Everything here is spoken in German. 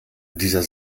dieser